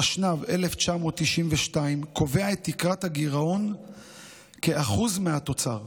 התשנ"ב 1992, קובע את תקרת הגירעון כאחוז מהתוצר.